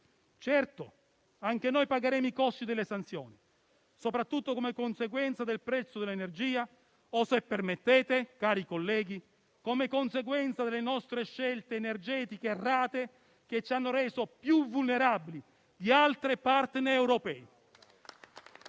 Certo, anche noi pagheremo i costi delle sanzioni, soprattutto come conseguenza del prezzo dell'energia o - se permettete, cari colleghi - come conseguenza delle nostre scelte energetiche errate che ci hanno resi più vulnerabili di altri *partner* europei.